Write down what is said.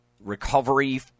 recovery